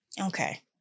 Okay